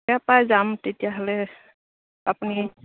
পৰাই যাম তেতিয়াহ'লে আপুনি